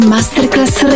Masterclass